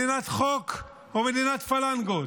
מדינת חוק או מדינת פלנגות,